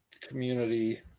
community